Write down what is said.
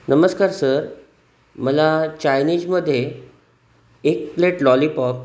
नमस्कार सर मला चायनीजमध्ये एक प्लेट लॉलीपॉप